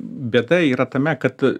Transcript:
bėda yra tame kad